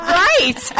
right